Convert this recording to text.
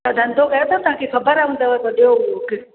तव्हां धंधो कयो था तव्हांखे ख़बरु हूंदव त ॾियो हिकु